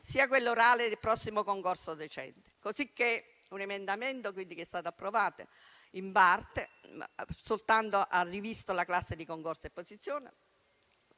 sia quella orale del prossimo concorso docenti, cosicché un emendamento che è stato approvato solo in parte ha rivisto la classe di concorso e posizione.